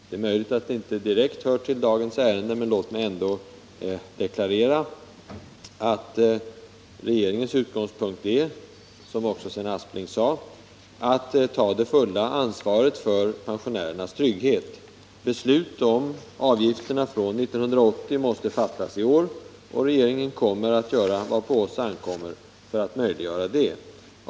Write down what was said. Det är möjligt att det inte direkt hör till dagens ärende, men låt mig ändå deklarera att regeringens utgångspunkt är — som också Sven Aspling sade — att ta det fulla ansvaret för pensionärernas trygghet. Beslut om avgifterna fr.o.m. år 1980 måste fattas i år, och regeringen kommer att göra vad på den ankommer för att möjliggöra det.